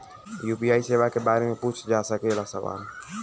UPI सेवा के बारे में पूछ जा सकेला सवाल?